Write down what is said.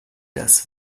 das